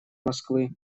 москвы